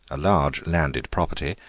a large landed property,